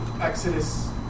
Exodus